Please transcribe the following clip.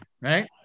Right